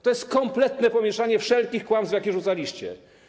To jest kompletne pomieszanie wszelkich kłamstw, jakie rzucaliście.